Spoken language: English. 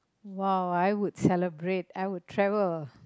!wow! I would celebrate I would travel